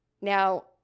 Now